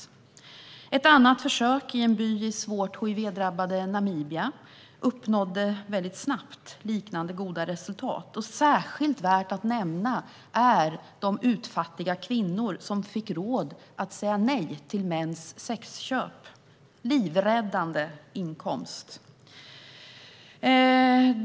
I ett annat försök i en by i det svårt hiv-drabbade Namibia uppnåddes snabbt liknande goda resultat. Särskilt värt att nämna är de utfattiga kvinnor som fick råd att säga nej till mäns sexköp. Det var en livräddande inkomst.